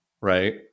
right